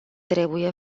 trebuie